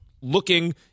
looking